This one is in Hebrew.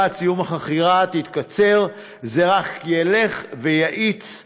עד סיום החכירה תתקצר זה רק ילך ויואץ,